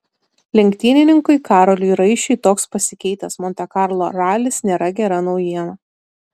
lenktynininkui karoliui raišiui toks pasikeitęs monte karlo ralis nėra gera naujiena